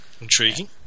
intriguing